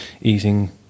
eating